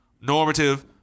normative